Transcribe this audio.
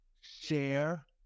share